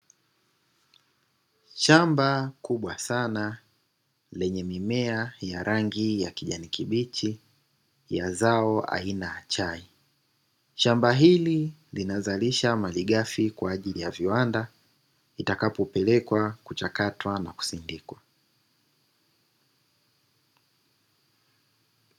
Shamba kubwa sana lenye mimea ya rangi ya kijani kibichi ya zao aina ya chai. Shamba hili linazalisha malighafi kwa ajili ya viwanda itakapopelekwa kuchakatwa na kusindikwa.